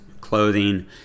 clothing